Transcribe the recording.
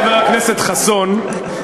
חבר הכנסת חסון,